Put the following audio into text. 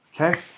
Okay